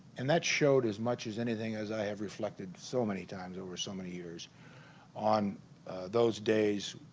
and that showed as much as anything as i have reflected so many times over so many years on those days